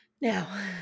Now